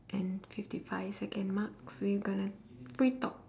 and fifty five second marks we gonna free talk